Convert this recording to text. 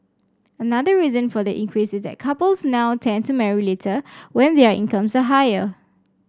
another reason for the increase is that couples now tend to marry later when their incomes are higher